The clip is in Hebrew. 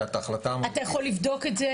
אתה יכול לבדוק את זה?